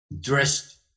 dressed